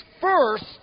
first